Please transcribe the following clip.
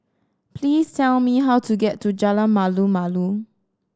please tell me how to get to Jalan Malu Malu